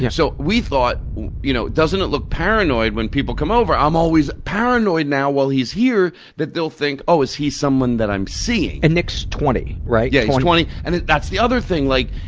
so we thought you know doesn't it look paranoid when people come over i'm always paranoid now while he's here that they'll think, oh, is he someone that i'm seeing. and nick's twenty, right? yeah, he's twenty. and that's the other thing, like,